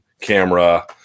camera